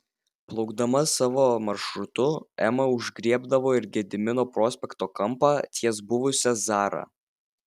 plaukdama savo maršrutu ema užgriebdavo ir gedimino prospekto kampą ties buvusia zara